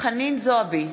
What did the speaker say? חנין זועבי,